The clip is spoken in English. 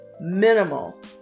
minimal